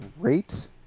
great